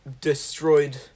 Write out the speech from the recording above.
destroyed